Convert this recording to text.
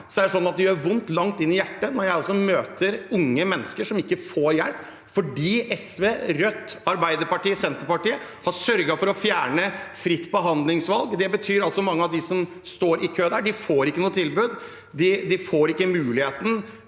meg gjør det vondt langt inn i hjertet når jeg møter unge mennesker som ikke får hjelp fordi SV, Rødt, Arbeiderpartiet og Senterpartiet har sørget for å fjerne fritt behandlingsvalg. Det betyr at mange av dem som står i kø, ikke får noe tilbud. De får ikke muligheten